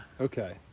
Okay